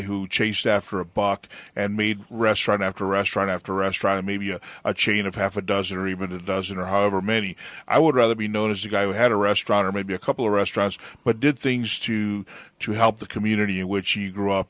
who chased after a box and made restaurant after restaurant after restaurant maybe a chain of half a dozen or even a dozen or however many i would rather be known as a guy who had a restaurant or maybe a couple of restaurants but did things to to help the community in which he grew up